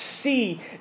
see